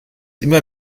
immer